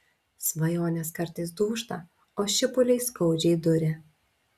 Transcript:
svajonės kartais dūžta o šipuliai skaudžiai duria